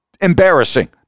Embarrassing